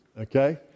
okay